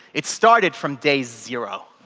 it started from day zero.